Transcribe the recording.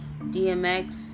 DMX